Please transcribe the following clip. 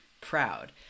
proud